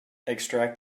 extract